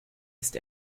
ist